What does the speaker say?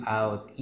out